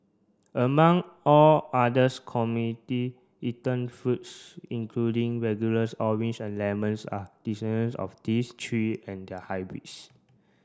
among all others eaten fruits including regulars oranges and lemons are descendants of these three and their hybrids